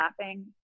laughing